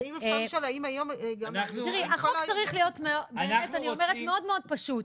תראי, החוק צריך להיות באמת מאוד-מאוד פשוט: